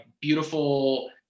beautiful